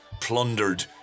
Plundered